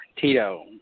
Tito